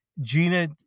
Gina